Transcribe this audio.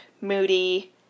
moody